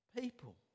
people